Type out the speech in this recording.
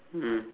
mm